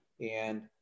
And-